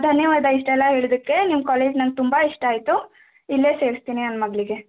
ಧನ್ಯವಾದ ಇಷ್ಟೆಲ್ಲ ಹೇಳಿದಕ್ಕೆ ನಿಮ್ಮ ಕಾಲೇಜ್ ನಂಗೆ ತುಂಬ ಇಷ್ಟ ಆಯಿತು ಇಲ್ಲೇ ಸೇರಿಸ್ತೀನಿ ನನ್ನ ಮಗಳಿಗೆ